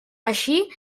eixir